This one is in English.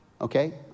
Okay